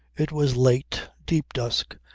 it was late, deep dusk,